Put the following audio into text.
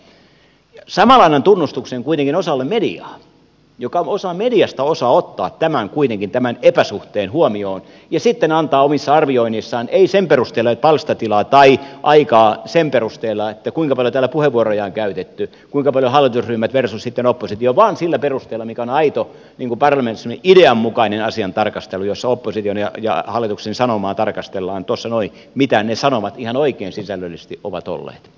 samalla annan tunnustuksen kuitenkin osalle mediaa joka osa mediasta osaa ottaa kuitenkin tämän epäsuhteen huomioon ja sitten antaa omissa arvioinneissaan palstatilaa tai aikaa ei sen perusteella kuinka paljon täällä puheenvuoroja on käytetty kuinka paljon hallitusryhmät versus sitten oppositio vaan sillä perusteella mikä on aito parlamentarismin idean mukainen asian tarkastelu jossa opposition ja hallituksen sanomaa tarkastellaan tuossa noin mitä ne sanomat ihan oikein sisällöllisesti ovat olleet